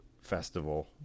festival